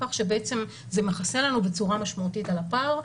כך שזה מכסה לנו בצורה משמעותית על הפער.